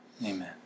amen